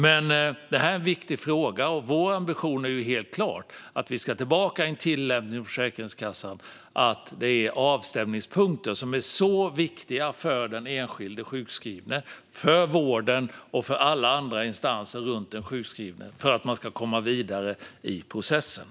Det är dock en viktig fråga, och vår ambition är helt klar: Vi ska tillbaka till en tillämpning från Försäkringskassans sida där detta är avstämningspunkter. De är så viktiga för den enskilde sjukskrivne, för vården och för alla andra instanser runt den sjukskrivne. Det handlar om att komma vidare i processen.